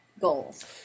goals